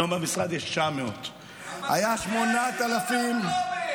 היום במשרד יש 900. אבל זה אחרי 7 באוקטובר.